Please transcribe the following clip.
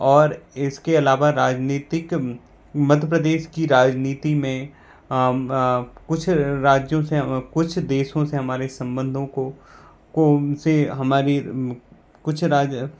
और इसके अलावा राजनीतिक मध्य प्रदेश की राजनीति में कुछ राज्यों से कुछ देशों से हमारे संबंधों को को उनसे हमारी कुछ राज्य